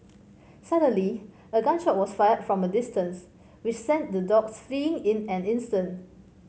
suddenly a gun shot was fired from a distance which sent the dogs fleeing in an instant